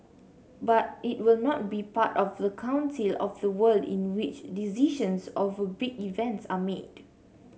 but it will not be part of the council of the world in which decisions over big events are made